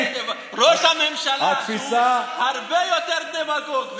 ראש הממשלה הוא הרבה יותר דמגוג,